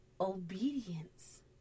obedience